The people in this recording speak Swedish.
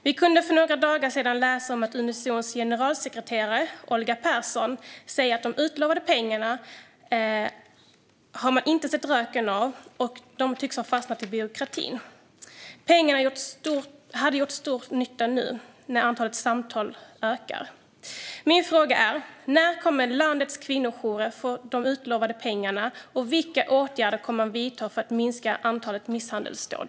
Vi kunde för några dagar sedan läsa att Unizons generalsekreterare, Olga Persson, säger att de inte har sett röken av de utlovade pengarna, som tycks ha fastnat i byråkratin. Pengarna hade gjort stor nytta nu när antalet samtal ökar. Min fråga är: När kommer landets kvinnojourer att få de utlovade pengarna, och vilka åtgärder kommer att vidtas för att minska antalet misshandelsdåd?